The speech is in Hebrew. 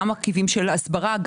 גם מרכיבי הסברה,